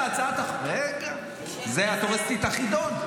רגע, את הורסת לי את החידון.